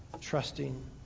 trusting